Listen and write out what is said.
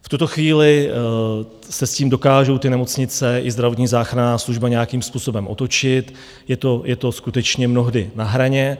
V tuto chvíli se s tím dokážou nemocnice i zdravotní záchranná služba nějakým způsobem otočit, je to skutečně mnohdy na hraně.